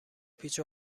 پیچ